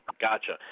gotcha